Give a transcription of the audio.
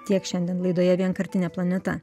tiek šiandien laidoje vienkartinė planeta